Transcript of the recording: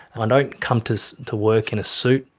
i don't come to so to work in a suit,